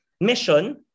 mission